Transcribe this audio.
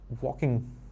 walking